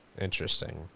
Interesting